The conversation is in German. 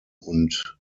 und